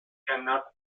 cannot